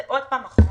זה עוד פעם חום,